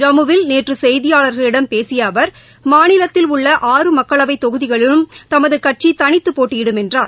ஜம்முவில் நேற்றுசெய்தியாளர்களிடம் பேசியஅவர் மாநிலத்தில் உள்ள ஆறு மக்களவைதொகுதிகளிலும் தமதுகட்சிதனித்தபோட்டியிடும் என்றார்